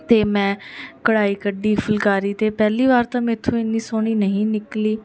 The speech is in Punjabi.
ਅਤੇ ਮੈਂ ਕਢਾਈ ਕੱਢੀ ਫੁਲਕਾਰੀ 'ਤੇ ਪਹਿਲੀ ਵਾਰ ਤਾਂ ਮੇਥੋਂ ਇੰਨੀ ਸੋਹਣੀ ਨਹੀਂ ਨਿਕਲੀ